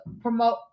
promote